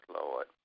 Lord